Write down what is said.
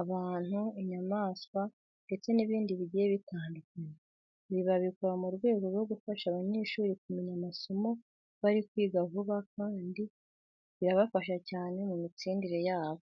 abantu, inyamaswa ndetse n'ibindi bigiye bitandukanye. Ibi babikora mu rwego rwo gufasha abanyeshuri kumenya amasomo bari kwiga vuba kandi birafasha cyane mu mitsindire yabo.